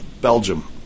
Belgium